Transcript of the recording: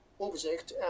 object